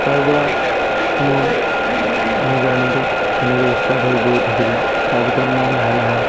তাৰপৰা মই মোৰ জাৰ্নিটো সেনেকৈ ষ্টাৰ্ট হৈ গৈ থাকিলে তাৰপিছত মই লাহে লাহে